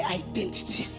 identity